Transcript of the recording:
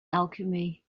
alchemy